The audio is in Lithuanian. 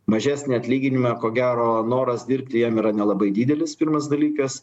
mažesnį atlyginimą ko gero noras dirbti jam yra nelabai didelis pirmas dalykas